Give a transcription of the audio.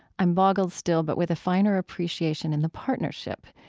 i'm boggled still, but with a finer appreciation in the partnership.